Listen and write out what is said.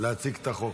להציג את החוק,